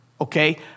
okay